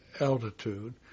altitude